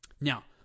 now